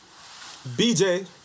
BJ